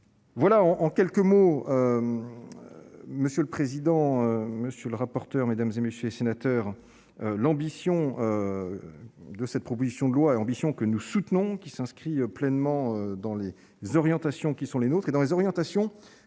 Voilà en quelques mots, monsieur le président, monsieur le rapporteur, mesdames et messieurs les sénateurs, l'ambition de cette proposition de loi et ambition que nous soutenons, qui s'inscrit pleinement dans les orientations qui sont les nôtres et dans les orientations